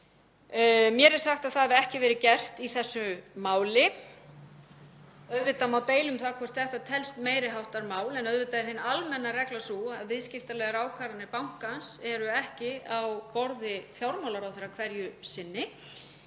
Mér er sagt að það hafi ekki verið gert í þessu máli. Auðvitað má deila um það hvort þetta telst meiri háttar mál en auðvitað er hin almenna reglan sú að viðskiptalegar ákvarðanir bankans eru ekki á borði fjármálaráðherra hverju sinni,